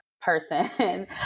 person